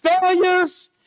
Failures